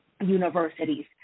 universities